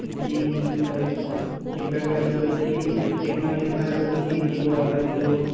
जी कृपया कर के बताइए कि कितना कितना करूँ एक किलो आधा किलो